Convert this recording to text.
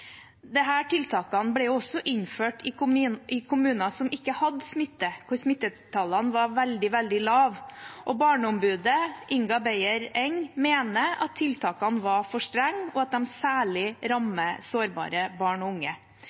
tiltakene ble også innført i kommuner som ikke hadde smitte, og der smittetallene var veldig, veldig lave. Barneombudet, Inga Bejer Engh, mener at tiltakene var for strenge, og at de særlig rammer sårbare barn og unge.